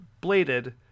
bladed